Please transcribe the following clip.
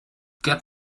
get